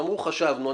אמרו חשבנו,